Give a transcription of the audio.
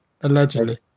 Allegedly